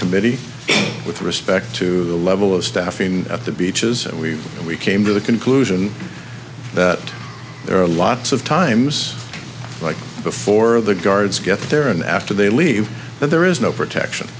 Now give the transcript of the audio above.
committee with respect to the level of staffing at the beaches and we we came to the conclusion that there are lots of times like before the guards get there and after they leave but there is no protection